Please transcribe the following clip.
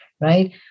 right